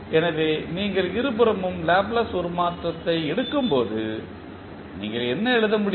எனவே நீங்கள் இருபுறமும் லாப்லேஸ் உருமாற்றத்தை எடுக்கும்போது நீங்கள் என்ன எழுத முடியும்